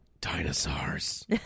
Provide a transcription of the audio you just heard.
Dinosaurs